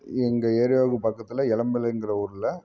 எங்கள் ஏரியாவுக்கு பக்கத்தில் இளம்பிள்ளைங்குற ஊரில்